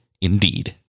indeed